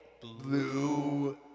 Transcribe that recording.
blue